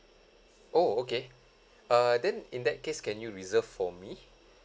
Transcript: oh okay uh then in that case can you reserve for me